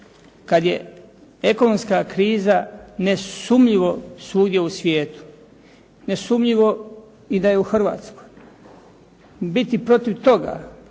kad je ekonomska kriza nesumnjivo svugdje u svijetu, nesumnjivo i da je u Hrvatskoj, biti protiv toga